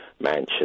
Mansion